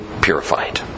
purified